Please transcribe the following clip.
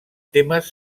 temes